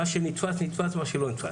מה שנתפס נתפס ומה שלא לא נתפס.